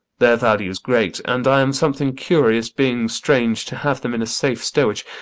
their values great and i am something curious, being strange, to have them in safe stowage.